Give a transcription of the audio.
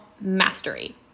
Mastery